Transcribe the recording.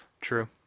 True